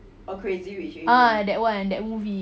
ah that [one] that movie